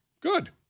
Good